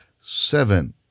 seven